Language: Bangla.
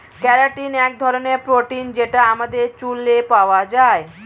কেরাটিন এক ধরনের প্রোটিন যেটা আমাদের চুলে পাওয়া যায়